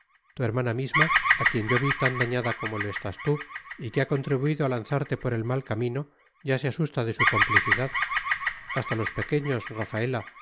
tu hermana misma a quien yo vi tan dañada como lo estás tú y que ha contribuido a lanzarte por el mal camino ya se asusta de su complicidad hasta los pequeños rafaela